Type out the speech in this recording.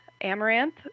amaranth